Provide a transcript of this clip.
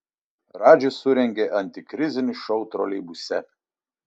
radžis surengė antikrizinį šou troleibuse